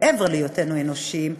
מעבר להיותנו אנושיים,